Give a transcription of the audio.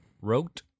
wrote